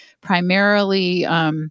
primarily